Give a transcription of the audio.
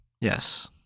Yes